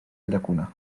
llacuna